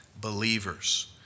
believers